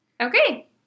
Okay